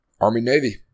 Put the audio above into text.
Army-Navy